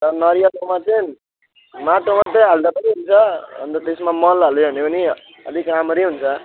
त नरिवलकोमा चाहिं माटो मात्रै हाल्दा पनि हुन्छ अन्त त्यसमा मल हाल्यो भने पनि अलिक राम्ररी हुन्छ